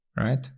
right